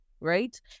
right